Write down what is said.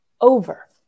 over